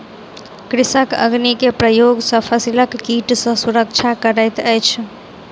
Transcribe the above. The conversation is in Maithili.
कृषक अग्नि के प्रयोग सॅ फसिलक कीट सॅ सुरक्षा करैत अछि